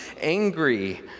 angry